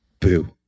boo